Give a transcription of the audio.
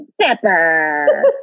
pepper